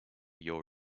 your